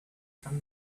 from